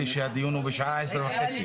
כי אם אתם הייתם מסתכלים על הבעד ולא על הנגד,